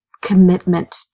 commitment